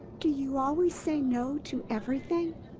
do you always say no! to everything?